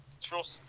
trust